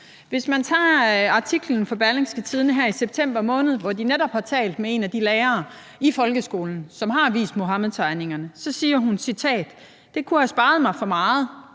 Hvis man tager artiklen fra Berlingske her i september måned, hvor de netop har talt med en af de lærere i folkeskolen, som har vist Muhammedtegningerne, så kan vi se, at hun siger, citat: »Det kunne have sparet mig for meget«